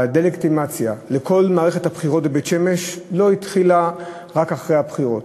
הדה-לגיטימציה לכל מערכת הבחירות בבית-שמש לא התחילה רק אחרי הבחירות.